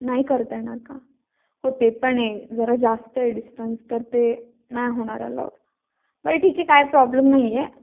नाही करता येणार का हो ते पण आहे जरा जास्त आहे डिस्टन्स तर ते नाही होणार अलॉड बरं ठीक आहे काही प्रॉब्लेम नाही आहे